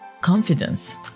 confidence